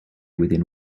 within